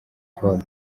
paul